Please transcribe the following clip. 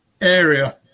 area